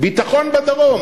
ביטחון בדרום.